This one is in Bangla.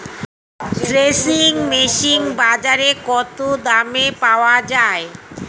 থ্রেসিং মেশিন বাজারে কত দামে পাওয়া যায়?